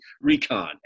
Recon